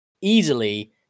easily